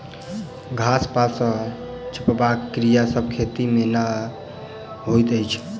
घास पात सॅ झपबाक क्रिया सभ खेती मे नै होइत अछि